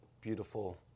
beautiful